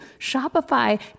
Shopify